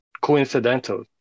coincidental